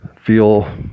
feel